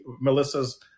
Melissa's